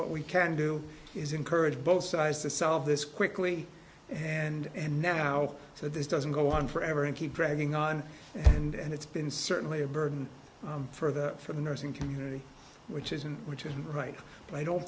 what we can do is encourage both sides to solve this quickly and now so this doesn't go on forever and keep dragging on and it's been certainly a burden for the for the nursing community which isn't which isn't right but i don't